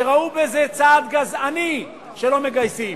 שראו צעד גזעני בזה שלא מגייסים.